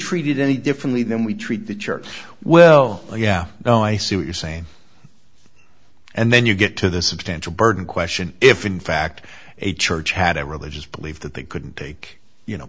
treated any differently than we treat the church well yeah oh i see what you're saying and then you get to the substantial burden question if in fact a church had a religious belief that they couldn't take you know